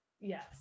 yes